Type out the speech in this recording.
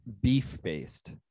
beef-based